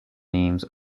names